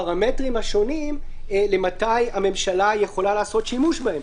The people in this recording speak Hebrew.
את הפרמטרים השונים מתי הממשלה יכולה לעשות שימוש בהם,